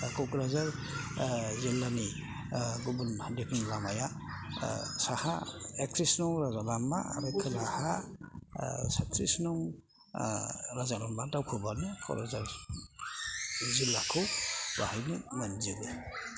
दा क'क्राझार जिल्लानि गुबुन हादोरनि लामाया साहा एकथ्रिस नं राजा लामा आरो खोलाहा साथथ्रिसनं राजा लामा दावखोबानो क'क्राझार जिल्लाखौ बाहायनो मोनजोबो